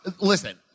Listen